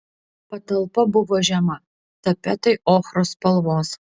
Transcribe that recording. patalpa buvo žema tapetai ochros spalvos